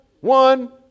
one